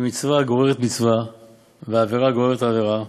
שמצווה גוררת מצווה ועבירה גוררת עבירה,